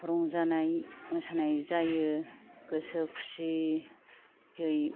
रंजानाय मोसानाय जायो गोसो खुसियै